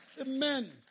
Amen